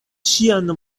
ĉiam